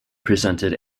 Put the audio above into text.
presented